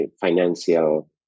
financial